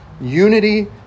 Unity